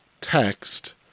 text